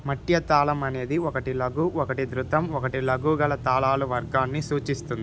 మట్య తాళమనేది ఒకటి లఘు ఒకటి ధృతం ఒకటి లఘువు గల తాళాలు వర్గాన్ని సూచిస్తుంది